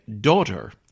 daughter